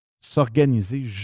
s'organiser